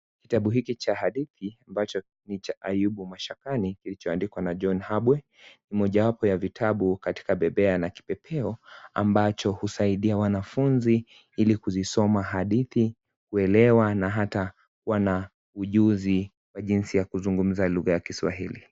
Kitabu hiki cha hadithi ambacho ni cha Ayubu mashakani kilicho andikwa na John Habwe ni moja wapo ya vitabu ya bebea na kipepeo ambacho husaidia wanafunzi ili kuzisoma hadithi kuelewa na hata na kuwa naujuzi wa jinsi ya kuzungumza lugha ya kiswahili.